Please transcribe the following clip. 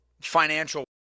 financial